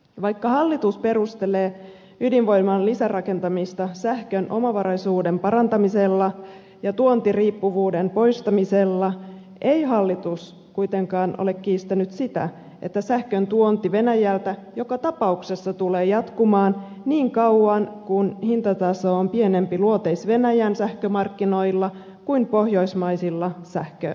vaikka hallitus perustelee ydinvoiman lisärakentamista sähkön omavaraisuuden parantamisella ja tuontiriippuvuuden poistamisella ei hallitus kuitenkaan ole kiistänyt sitä että sähkön tuonti venäjältä joka tapauksessa tulee jatkumaan niin kauan kuin hintataso on pienempi luoteis venäjän sähkömarkkinoilla kuin pohjoismaisilla sähkömarkkinoilla